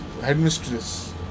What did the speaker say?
headmistress